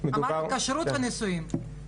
אמרתי כשרות ונישואים,